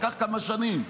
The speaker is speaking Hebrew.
זה לקח כמה שנים,